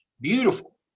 beautiful